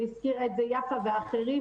והזכירו את זה יפה ואחרים,